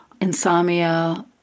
insomnia